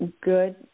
Good